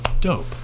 Dope